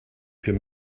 him